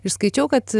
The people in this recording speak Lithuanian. ir išskaičiau kad